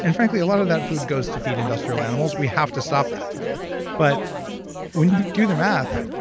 and frankly, a lot of that food goes to feed industrial animals we have to stop that but when you do the math,